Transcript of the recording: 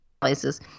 places